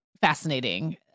fascinating